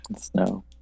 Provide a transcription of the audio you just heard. Snow